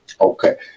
Okay